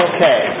Okay